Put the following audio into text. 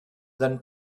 than